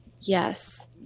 yes